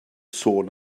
sôn